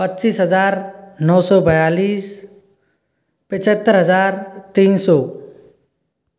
पच्चीस हज़ार नौ सौ बयालीस पचहत्तर हज़ार तीन सौ